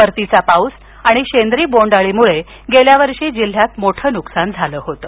परतीचा पाऊस आणि शेंद्री बोंड अळीमुळे गेल्या वर्षी जिल्ह्यात मोठं नुकसान झालं होतं